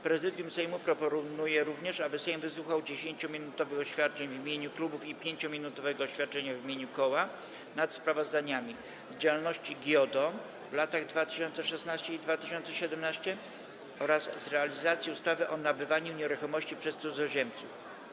Prezydium Sejmu proponuje również, aby Sejm wysłuchał 10-minutowych oświadczeń w imieniu klubów i 5-minutowego oświadczenia w imieniu koła w dyskusjach nad sprawozdaniami: - z działalności GIODO w latach 2016 i 2017, - z realizacji ustawy o nabywaniu nieruchomości przez cudzoziemców.